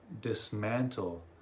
dismantle